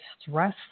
stress